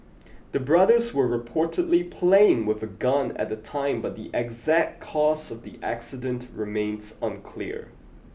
the brothers were reportedly playing with a gun at the time but the exact cause of the accident remains unclear